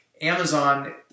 Amazon